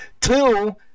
Two